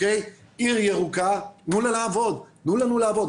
עיר ירוקה, תנו לה לעבוד, תנו לנו לעבוד.